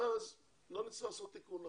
אז לא נצטרך לעשות תיקון לחוק.